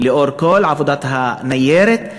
לאור כל עבודת הניירת,